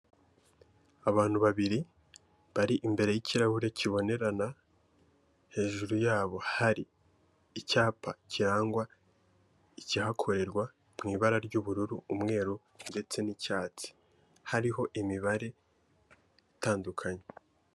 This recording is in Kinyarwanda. Abantu babiri bari imbere y'ikirahure kibonerana, hejuru yabo hari icyapa kirangwa icyahakorerwa mu ibara ry'ubururu, umweru ndetse n'icyatsi, hariho imibare itandukanye.